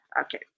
Okay